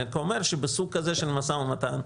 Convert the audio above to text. אני רק אומר שבסוג כזה של משא ומתן,